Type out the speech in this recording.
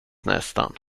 nästan